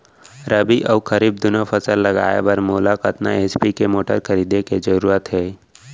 रबि व खरीफ दुनो फसल लगाए बर मोला कतना एच.पी के मोटर खरीदे के जरूरत हे?